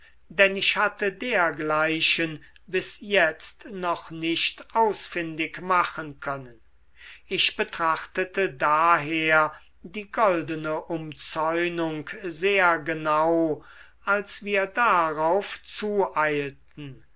denn ich hatte dergleichen bis jetzt noch nicht ausfindig machen können ich betrachtete daher die goldene umzäunung sehr genau als wir darauf zueilten